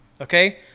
okay